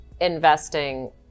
investing